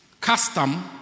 custom